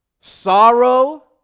sorrow